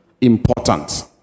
important